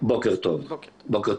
בוקר טוב לכולם.